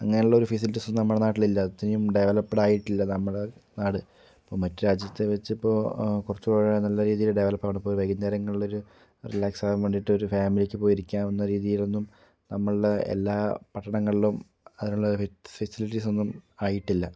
അങ്ങനെയുള്ളൊരു ഫെസിലിറ്റീസൊന്നും നമ്മുടെ നാട്ടിലില്ല അത്രയും ഡവലപ്ഡ് ആയിട്ടില്ല നമ്മുടെ നാട് ഇപ്പം മറ്റ് രാജ്യത്തെ വെച്ചിട്ടിപ്പോൾ കുറച്ച് കൂടെ നല്ല രീതിയിൽ ഡവലപ്പാവണം ഒരു വൈകുന്നേരങ്ങളിലൊരു റിലാക്സാകാൻ വേണ്ടിയിട്ട് ഒരു ഫാമിലിക്ക് പോയിരിക്കാവുന്ന രീതിലൊന്നും നമ്മൾടെ എല്ലാ പട്ടണങ്ങളിലും അതിനുള്ള ഫെസിലിറ്റീസൊന്നും ആയിട്ടില്ല